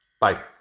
Bye